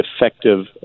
effective